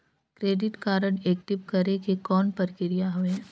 Credit card active करे के कौन प्रक्रिया हवे?